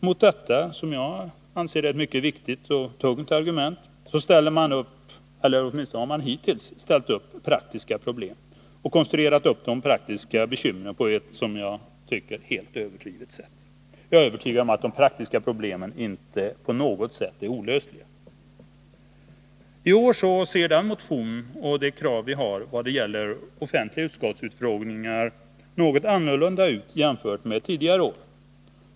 Mot detta — som jag anser — mycket viktiga och tunga argument ställer man eller har hittills ställt upp praktiska problem och konstruerat upp de praktiska bekymren på ett, som jag tycker, överdrivet sätt. Jag är övertygad om att de praktiska problemen inte på något sätt är olösliga. I år ser den motion och de krav vi har i vad det gäller offentliga utskottsutfrågningar ut på ett något annat sätt än tidigare år.